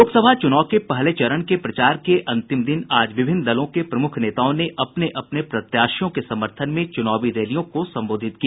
लोकसभा चुनाव के पहले चरण के प्रचार के अंतिम दिन आज विभिन्न दलों के प्रमूख नेताओं ने अपने अपने प्रत्याशियों के समर्थन में चूनावी रैलियों को संबोधित किया